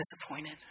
disappointed